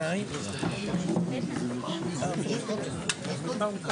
הישיבה ננעלה בשעה 13:51.